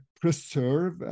preserve